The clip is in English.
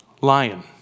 lion